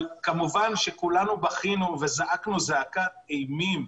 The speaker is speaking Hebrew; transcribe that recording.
כמובן שכולנו בכינו וזעקנו זעקות אימים.